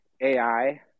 AI